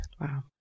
Wow